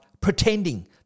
pretending